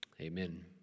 Amen